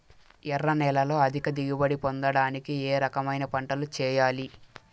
ఎర్ర నేలలో అధిక దిగుబడి పొందడానికి ఏ రకమైన పంటలు చేయాలి?